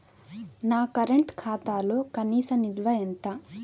నా కరెంట్ ఖాతాలో కనీస నిల్వ ఎంత?